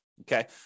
Okay